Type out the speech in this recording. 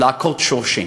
להכות שורשים.